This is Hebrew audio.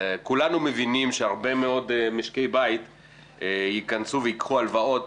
כולנו מבינים שהרבה מאוד משקי בית ייכנסו וייקחו הלוואות